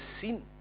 seen